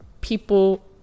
people